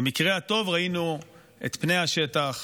במקרה הטוב ראינו את פני השטח,